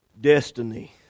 destiny